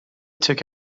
took